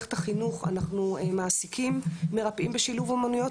ובמערכת החינוך אנחנו מעסיקים מרפאים בשילוב אומנויות,